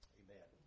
amen